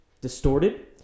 distorted